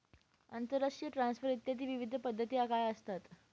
आंतरराष्ट्रीय ट्रान्सफर इत्यादी विविध पद्धती काय असतात?